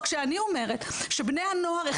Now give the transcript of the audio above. רק שאני אומרת שבני הנוער,